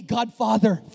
Godfather